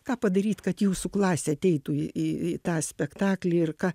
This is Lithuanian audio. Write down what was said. ką padaryt kad jūsų klasė ateitų į į į tą spektaklį ir ką